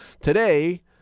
today